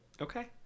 Okay